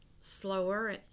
slower